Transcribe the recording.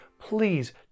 please